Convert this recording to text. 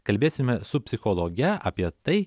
kalbėsime su psichologe apie tai